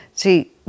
See